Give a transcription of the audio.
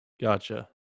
Gotcha